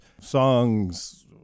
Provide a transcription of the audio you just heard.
songs